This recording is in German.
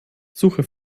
suche